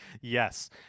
Yes